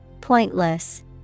Pointless